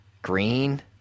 green